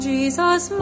Jesus